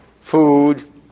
food